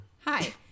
Hi